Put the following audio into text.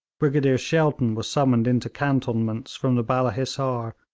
brigadier shelton was summoned into cantonments from the balla hissar,